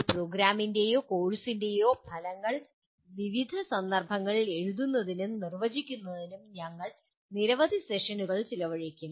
ഒരു പ്രോഗ്രാമിൻ്റെയോ കോഴ്സിൻ്റെയോ ഫലങ്ങൾ വിവിധ സന്ദർഭങ്ങളിൽ എഴുതുന്നതിനും നിർവചിക്കുന്നതിനും ഞങ്ങൾ നിരവധി സെഷനുകൾ ചെലവഴിക്കും